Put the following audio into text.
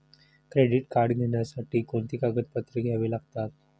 Credit card घेण्यासाठी कोणती कागदपत्रे घ्यावी लागतात?